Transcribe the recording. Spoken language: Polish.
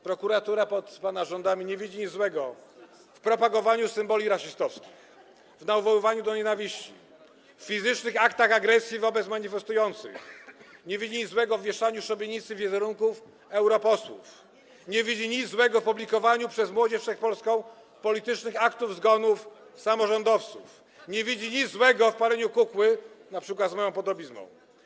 Prokuratura pod pana rządami nie widzi nic złego w propagowaniu symboli rasistowskich, w nawoływaniu do nienawiści, fizycznych aktach agresji wobec manifestujących, w wieszaniu na szubienicy wizerunków europosłów, w publikowaniu przez Młodzież Wszechpolską politycznych aktów zgonów samorządowców, nie widzi nic złego w paleniu kukły np. z moją podobizną.